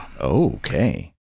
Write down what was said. okay